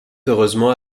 heureusement